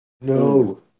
no